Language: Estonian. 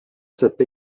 aset